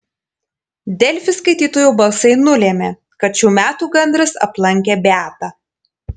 delfi skaitytojų balsai nulėmė kad šių metų gandras aplankė beatą